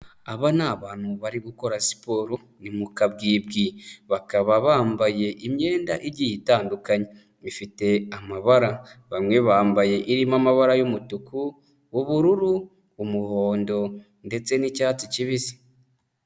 Aba ni abantu bari gukora siporo, ni mu kabwibwi. Bakaba bambaye imyenda igiye itandukanye ifite amabara. Bamwe bambaye irimo amabara y'umutuku, ubururu, umuhondo ndetse n'icyatsi kibisi.